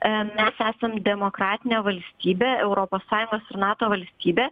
em mes esam demokratinė valstybė europos sąjungos ir nato valstybė